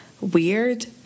weird